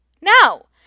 No